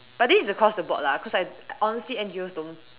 but this is across the board lah cause like honestly N_G_Os don't